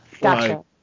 Gotcha